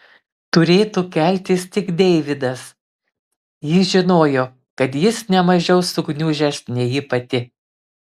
turėtų keltis tik deividas ji žinojo kad jis ne mažiau sugniužęs nei ji pati